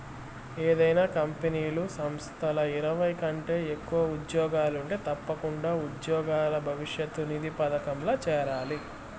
ఏదైనా కంపెనీలు, సంస్థల్ల ఇరవై కంటే ఎక్కువగా ఉజ్జోగులుంటే తప్పకుండా ఉజ్జోగుల భవిష్యతు నిధి పదకంల చేరాలి